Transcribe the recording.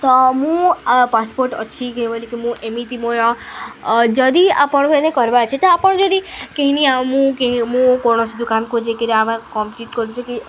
ତ ମୁଁ ପାସପୋର୍ଟ ଅଛି କି ମୁଁ ଏମିତି ମଇ ଯଦି ଆପଣଙ୍କୁ ଏନେ ଅଛି ତ ଆପଣ ଯଦି କେହିନି ମୁଁ କେହି ମୁଁ କୌଣସି ଦୋକାନକୁ ଯେକରି ଆମେ କମ୍ପ୍ଲିଟ୍ କରୁଛେ କି ଏସ